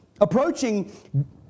approaching